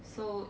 so